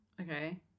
Okay